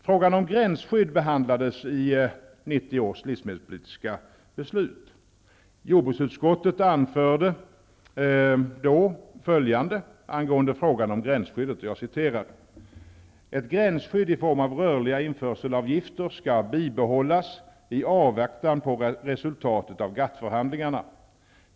Frågan om gränsskydd behandlades i 1990 års livsmedelspolitiska beslut. Jordbruksutskottet anförde då följande angående gränsskyddet: ''Ett gränsskydd i form av rörliga införselavgifter skall bibehållas i avvaktan på resultatet av GATT förhandlingarna.